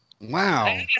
Wow